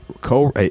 co